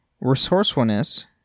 resourcefulness